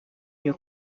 new